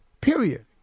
Period